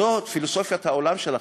זאת פילוסופיית העולם שלכם.